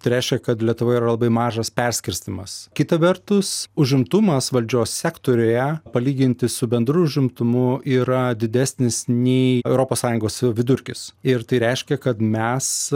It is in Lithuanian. tai reiškia kad lietuva yra labai mažas perskirstymas kita vertus užimtumas valdžios sektoriuje palyginti su bendru užimtumu yra didesnis nei europos sąjungos vidurkis ir tai reiškia kad mes